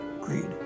greed